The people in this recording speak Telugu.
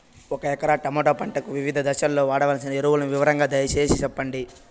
ఒక ఎకరా టమోటా పంటకు వివిధ దశల్లో వాడవలసిన ఎరువులని వివరంగా దయ సేసి చెప్పండి?